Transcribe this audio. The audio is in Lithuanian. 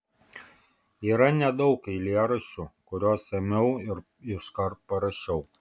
yra nedaug eilėraščių kuriuos ėmiau ir iškart parašiau